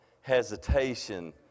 hesitation